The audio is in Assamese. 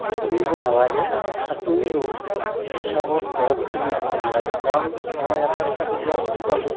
সাঁতুৰিব নালাগে সাঁতুৰিলেও হিচাপত দ পুখুৰীত নামিব নালাগে কাৰণ মই এটা কথা তেতিয়া বুজি পালোঁ